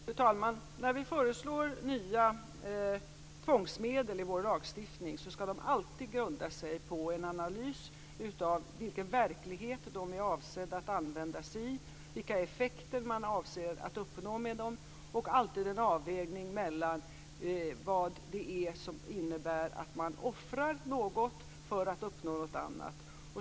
Fru talman! När vi föreslår nya tvångsmedel i vår lagstiftning skall förslagen alltid grunda sig på en analys av den verklighet som de är avsedda att tilllämpas på, vilka effekter som man avser att uppnå med dessa tvångsmedel och det skall alltid göras en avvägning mellan det som offras och det som uppnås.